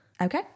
Okay